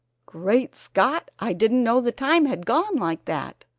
great scott! i didn't know the time had gone like that!